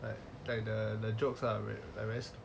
like like the the jokes ah very stupid